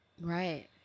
Right